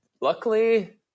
luckily